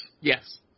Yes